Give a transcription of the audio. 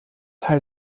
teil